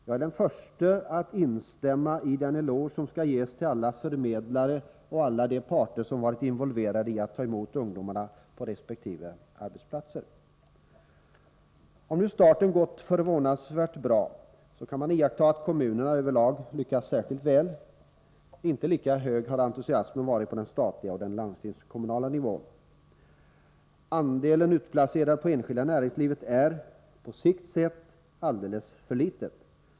Jag är den förste att instämma i den eloge som skall ges till alla förmedlare och alla de parter som varit involverade i att ta emot ungdomarna på resp. arbetsplatser. Om nu starten gått förvånansvärt bra, så kan man iaktta att kommunerna över lag lyckats särskilt väl. Inte lika hög har entusiasmen varit på den statliga och den landstingskommunala nivån. Andelen utplacerade i det enskilda näringslivet är — på sikt sett — alldeles för liten.